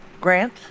Grant